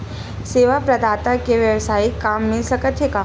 सेवा प्रदाता के वेवसायिक काम मिल सकत हे का?